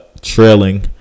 trailing